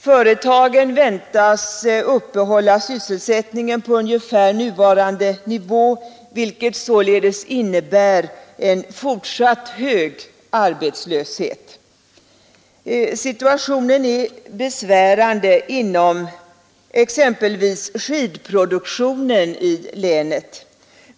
Företagen väntas uppehålla sysselsättningen på ungefär nuvarande nivå, vilket således innebär en fortsatt hög arbetslöshet. Situationen är besvärande inom exempelvis skidproduktionen i länet.